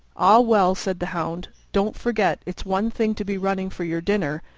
ah, well, said the hound, don't forget it's one thing to be running for your dinner,